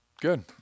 Good